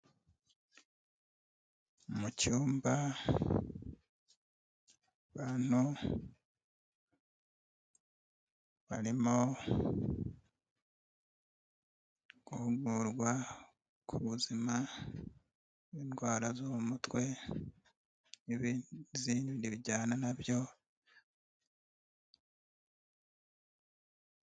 Mu cyumba, abantu, barimo ,guhugurwa ,ku buzima ,indwara zo mu mutwe, n'izindi bijyana nabyo.